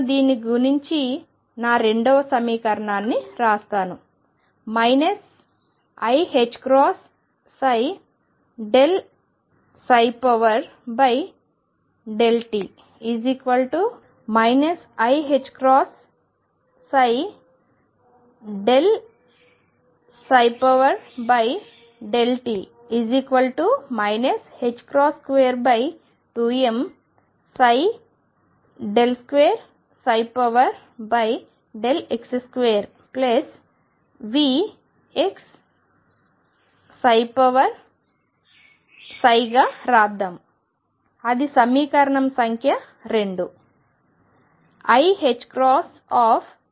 నేను దీన్ని గుణించి నా రెండవ సమీకరణాన్ని వ్రాస్తాను iℏψ∂t 22m2x2Vxగా వ్రాద్దాం అది సమీకరణ సంఖ్య 2